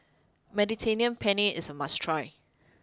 Mediterranean Penne is a must try